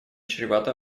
чревато